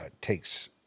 takes